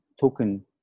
token